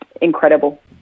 incredible